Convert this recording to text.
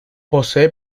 posee